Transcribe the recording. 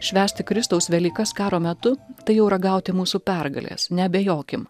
švęsti kristaus velykas karo metu tai jau ragauti mūsų pergalės neabejokim